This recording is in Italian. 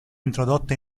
introdotta